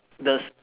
the s~